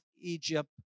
Egypt